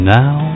now